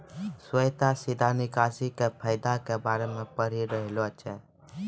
श्वेता सीधा निकासी के फायदा के बारे मे पढ़ि रहलो छै